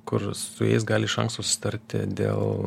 kur su jais gali iš anksto susitarti dėl